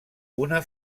una